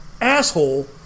asshole